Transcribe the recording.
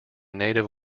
native